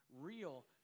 Real